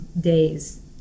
days